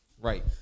Right